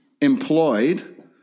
employed